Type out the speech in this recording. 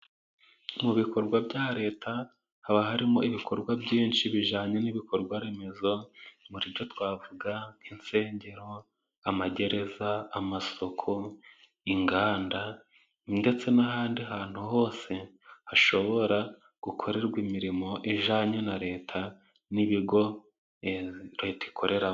Mu bikorwa bya leta haba harimo ibikorwa byinshi bijyanye n'ibikorwa remezo, muri byo twavuga nk'insengero, amagereza, amasoko, inganda, ndetse n'ahandi hantu hose hashobora gukorerwa imirimo ijyanye na leta n'ibigo leta ikoreramo.